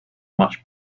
much